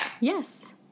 Yes